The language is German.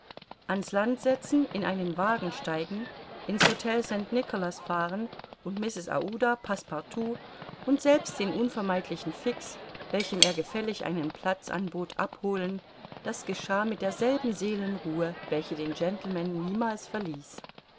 an's land setzen in einen wagen steigen in's htel st nicolas fahren und mrs aouda passepartout und selbst den unvermeidlichen fix welchem er gefällig einen platz anbot abholen das geschah mit derselben seelenruhe welche den gentleman niemals verließ